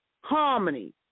harmony